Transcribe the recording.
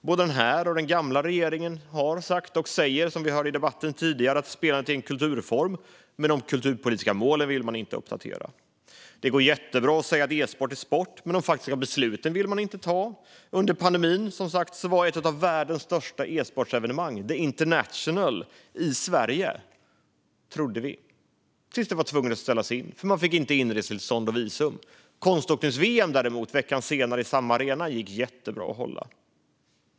Både den här och den gamla regeringen har sagt och säger att spelandet är en kulturform, men de kulturpolitiska målen vill man inte uppdatera. Det går jättebra att säga att e-sport är sport, men de faktiska besluten vill man inte ta. Under pandemin skulle ett av världens största e-sportsevenemang, The International, hållas i Sverige - trodde vi. Men det fick ställas in eftersom man inte fick inresetillstånd och visum. Däremot gick det jättebra att hålla konståkningsVM veckan efter i samma arena.